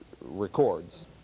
records